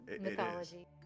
mythology